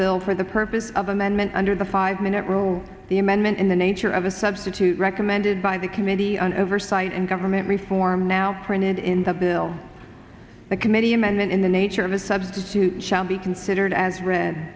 bill for the purpose of amendment under the five minute rule the amendment in the nature of a substitute recommended by the committee on oversight and government reform now printed in the bill the committee amendment in the nature of a substitute shall be considered as read